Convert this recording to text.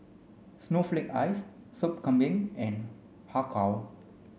snowflake ice Sup Kambing and Har Kow